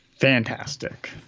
Fantastic